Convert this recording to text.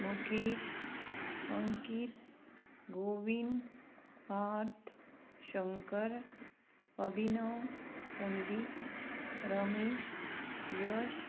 Mukesh Ankit Govind Parth Shankar Abhinav Sandeep Ramesh Yash